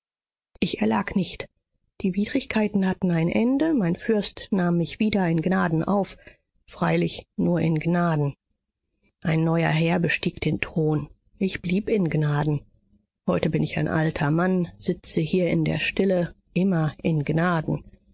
ich erlag nicht die widrigkeiten hatten ein ende mein fürst nahm mich wieder in gnaden auf freilich nur in gnaden ein neuer herr bestieg den thron ich blieb in gnaden heute bin ich ein alter mann sitze hier in der stille immer in gnaden